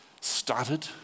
started